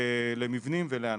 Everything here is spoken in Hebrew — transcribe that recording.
למבנים ולאנשים.